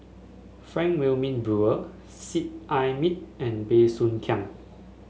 Frank Wilmin Brewer Seet Ai Mee and Bey Soo Khiang